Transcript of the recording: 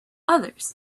others